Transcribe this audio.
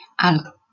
algo